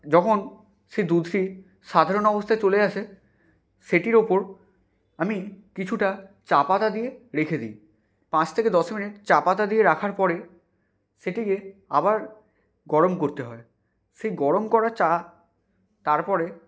যখন সে দুধটি সাধারণ অবস্থায় চলে আসে সেটির ওপর আমি কিছুটা চা পাতা দিয়ে রেখে দিই পাঁচ থেকে দশ মিনিট চা পাতা দিয়ে রাখার পরে সেটিকে আবার গরম করতে হয় সেই গরম করা চা তারপরে